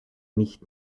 nicht